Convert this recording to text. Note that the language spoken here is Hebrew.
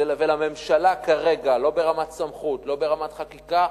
ולממשלה כרגע, לא ברמת סמכות, לא ברמת חקיקה.